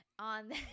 On